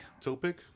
Topic